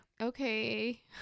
okay